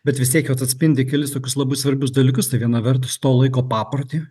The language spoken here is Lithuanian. bet vis tiek jos atspindi kelis tokius labai svarbius dalykus tai viena vertus to laiko paprotį